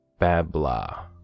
Babla